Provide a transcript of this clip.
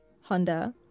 Honda